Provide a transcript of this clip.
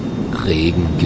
Regen